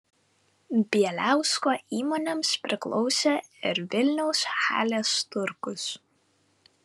bieliausko įmonėms priklausė ir vilniaus halės turgus